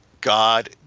God